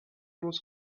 was